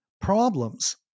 problems